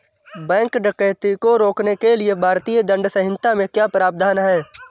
bank डकैती को रोकने के लिए भारतीय दंड संहिता में क्या प्रावधान है